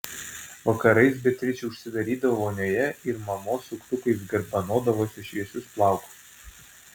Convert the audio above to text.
vakarais beatričė užsidarydavo vonioje ir mamos suktukais garbanodavosi šviesius plaukus